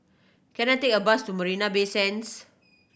can I take a bus to Marina Bay Sands